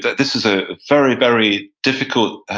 this is a very, very difficult,